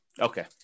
Okay